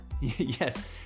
Yes